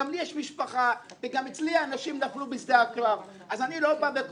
גם לי יש משפחה וגם אצלי אנשים נפלו בשדה הקרב אז אני לא בא כל